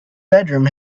bedroom